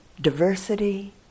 diversity